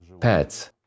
pets